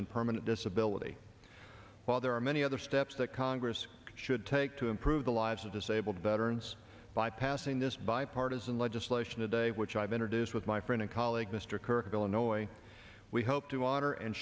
in permanent disability while there are many other steps that congress should take to improve the lives of disabled veterans by passing this bipartisan legislation today which i've introduced with my friend and colleague mr kirk of illinois we hope to honor and